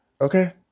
Okay